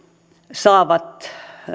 saavat